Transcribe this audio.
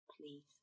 Please